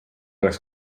oleks